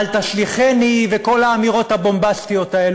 "אל תשליכני" וכל האמירות הבומבסטיות האלה.